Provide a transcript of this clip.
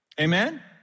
Amen